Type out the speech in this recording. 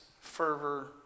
fervor